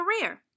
Career